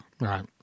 right